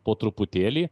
po truputėlį